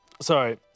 Sorry